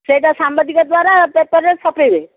ସେଇଟା ସାମ୍ବଦିକ ଦ୍ୱାରା ପେପରରେ ଛପେଇବେ